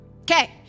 okay